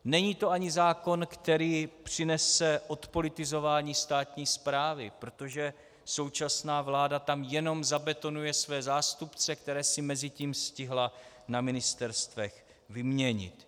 Není to ani zákon, který přinese odpolitizování státní správy, protože současná vláda tam jenom zabetonuje své zástupce, které si mezitím stihla na ministerstvech vyměnit.